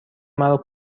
مرا